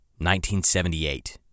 1978